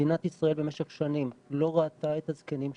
מדינת ישראל במשך שנים לא ראתה את הזקנים שלה,